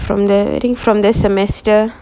from the think from the semester